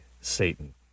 Satan